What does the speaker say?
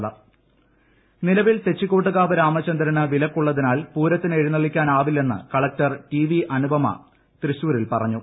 തെച്ചിക്കോട്ടുകാവ് രാമചന്ദ്രൻ നിലവിൽ തെച്ചിക്കോട്ടുകാവ് രാമചന്ദ്രന് വിലക്കുള്ളതിനാൽ പൂരത്തിന് എഴുന്നള്ളിക്കാൻ ആവില്ലെന്ന് കളക്ടർ ടി വി അനുപമ തൃശൂരിൽ പറഞ്ഞു